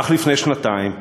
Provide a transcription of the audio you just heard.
כך לפני שנתיים: